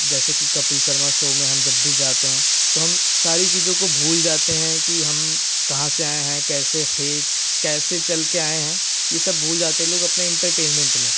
जैसे कि कपिल शर्मा शो में हम जब भी जाते हैं तो हम सारी चीज़ों को भूल जाते हैं कि हम कहाँ से आए हैं कैसे थे कैसे चल के आए हैं यह सब भूल जाते लोग अपने एंटरटेनमेंट में